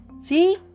See